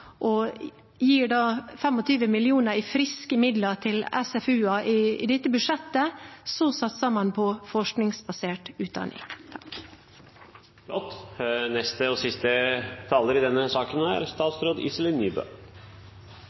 og gir 25 mill. kr i friske midler til det i dette budsjettet, satser man på forskningsbasert utdanning.